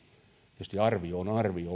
tietysti arvio on arvio